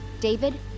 David